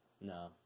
No